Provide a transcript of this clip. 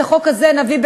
את החוק הזה נביא,